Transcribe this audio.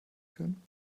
führen